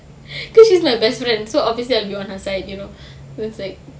because she's my best friend so obviously I would be on her side you know who's like